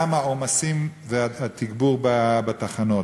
גם העומסים והתגבור בתחנות,